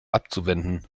abzuwenden